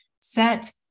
set